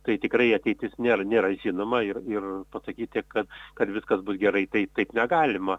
kai tikrai ateitis nėra nėra žinoma ir ir pasakyti kad kad viskas bus gerai tai taip negalima